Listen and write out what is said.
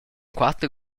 quater